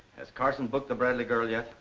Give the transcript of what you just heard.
has carson booked the bradley girl yet?